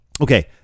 Okay